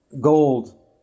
gold